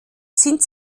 sind